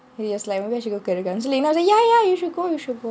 he was like maybe I should go career counselling then I say ya ya you should go you should go